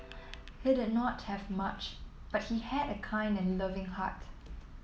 he did not have much but he had a kind and loving heart